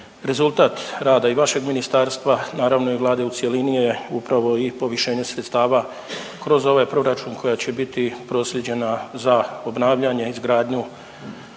rezultat rada i vašeg ministarstva naravno i Vlade u cjelini je upravo i povišenje sredstva kroz ovaj proračun koja će biti proslijeđena za obnavljanje, izgradnju,